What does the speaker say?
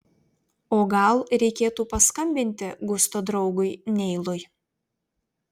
o gal reikėtų paskambinti gusto draugui neilui